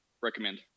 recommend